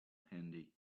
handy